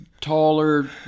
taller